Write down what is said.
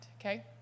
okay